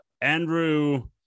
Andrew